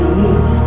move